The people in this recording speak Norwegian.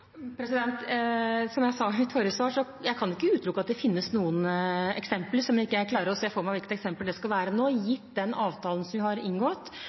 Som jeg sa i mitt forrige svar, kan jeg ikke utelukke at det finnes noen eksempler – selv om jeg ikke klarer å se for meg hvilket eksempel det skal være nå – gitt den avtalen vi har inngått,